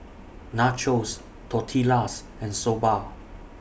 Nachos Tortillas and Soba